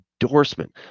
endorsement